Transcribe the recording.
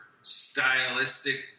stylistic